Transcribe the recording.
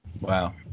wow